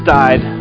died